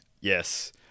Yes